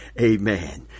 Amen